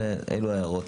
זה, אלה ההערות.